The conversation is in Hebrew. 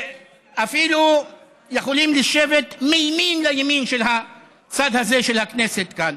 שאפילו יכולים לשבת מימין לימין של הצד הזה של הכנסת כאן.